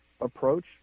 approach